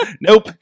Nope